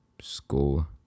school